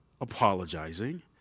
apologizing